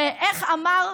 ואיך אמר,